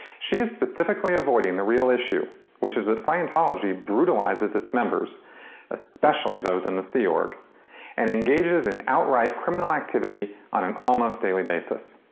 she is specifically avoiding the real issue which is that scientology brutalizes its members especially those in the sea org and engages in outright criminal activity on an almost daily basis.